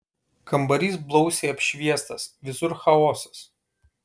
kambarys blausiai apšviestas visur chaosas